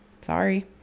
Sorry